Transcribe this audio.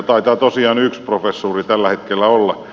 taitaa tosiaan yksi professuuri tällä hetkellä olla